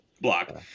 block